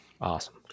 Awesome